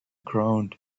ground